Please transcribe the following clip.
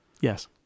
Yes